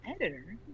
Editor